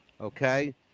Okay